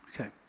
Okay